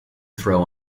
throw